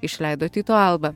išleido tyto alba